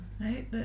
right